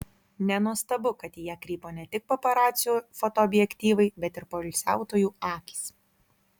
nenuostabu kad į ją krypo ne tik paparacių fotoobjektyvai bet ir poilsiautojų akys